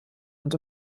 und